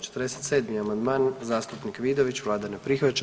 47. amandman zastupnik Vidović, Vlada ne prihvaća.